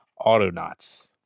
Autonauts